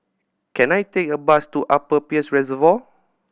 can I take a bus to Upper Peirce Reservoir